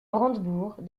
brandebourgs